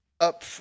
up